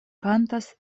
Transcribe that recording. kantas